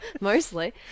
Mostly